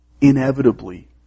inevitably